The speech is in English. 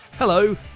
Hello